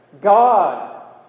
God